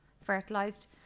fertilized